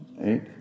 Eight